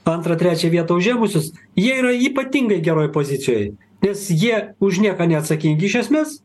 antrą trečią vietą užėmusius jie yra ypatingai geroj pozicijoj nes jie už nieką neatsakingi iš esmės